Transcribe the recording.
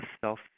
self